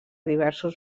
diversos